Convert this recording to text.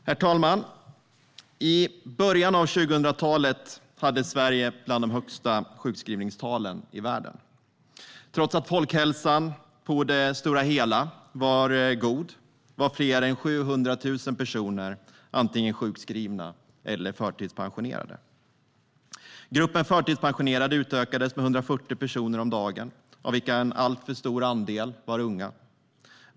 Herr talman! I början av 2000-talet hade Sverige bland de högsta sjukskrivningstalen i världen. Trots att folkhälsan på det stora hela var god var fler än 700 000 personer antingen sjukskrivna eller förtidspensionerade. Gruppen förtidspensionerade utökades med 140 personer om dagen, av vilka en alltför stor andel var unga.